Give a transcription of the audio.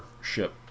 ship